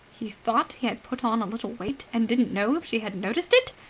he thought he had put on a little weight, and didn't know if she had noticed it!